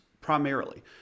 primarily